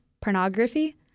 pornography